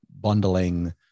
bundling